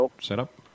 setup